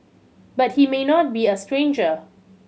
but he may not be a stranger